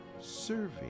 Serving